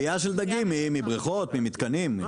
שלייה של דגים מבריכות, ממתקנים.